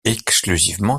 exclusivement